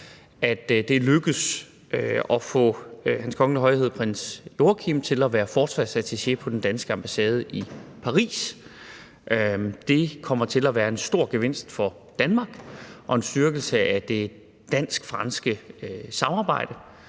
at det er lykkedes få Hans Kongelige Højhed Prins Joachim til at være forsvarsattaché på den danske ambassade i Paris. Det kommer til at være en stor gevinst for Danmark og en styrkelse af det dansk-franske samarbejde